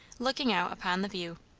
looking out upon the view.